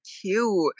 cute